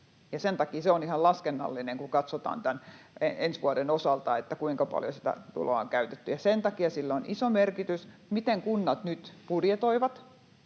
Sen takia se on ihan laskennallinen, kun katsotaan ensi vuoden osalta, kuinka paljon sitä tuloa on käytetty. Sen takia on iso merkitys sillä, miten kunnat nyt budjetoivat